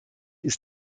ist